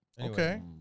Okay